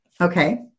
Okay